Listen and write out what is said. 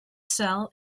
cell